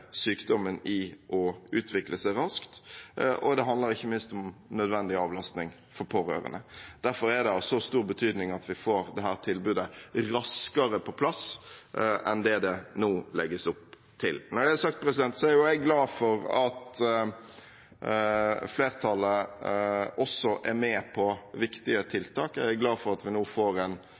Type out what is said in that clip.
sykdommen i å utvikle seg raskt, og det handler ikke minst om nødvendig avlastning for pårørende. Derfor er det av så stor betydning at vi får dette tilbudet raskere på plass enn det det nå legges opp til. Når det er sagt, er jeg glad for at flertallet også er med på viktige tiltak. Jeg er glad for at vi nå får en